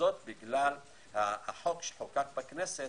בשל החוק שחוקק בכנסת